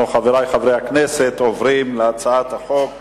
אנחנו, חברי חברי הכנסת, עוברים להצעת החוק הבאה.